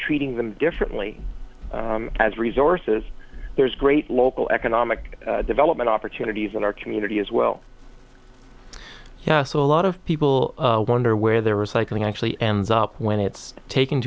treating them differently as resources there's great local economic development opportunities in our community as well yes a lot of people wonder where there are cycling actually ends up when it's tak